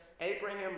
Abraham